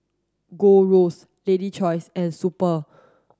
Gold Roast Lady's Choice and Super